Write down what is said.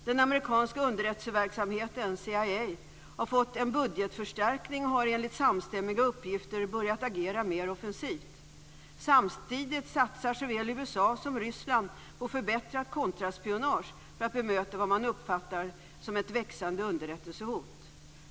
Den amerikanska underrättelseverksamheten CIA har fått en budgetförstärkning och har enligt samstämmiga uppgifter börjat agera mer offensivt. Samtidigt satsar såväl USA som Ryssland på förbättrat kontraspionage för att bemöta vad man uppfattar som ett växande underrättelsehot."